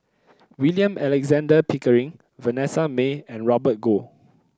William Alexander Pickering Vanessa Mae and Robert Goh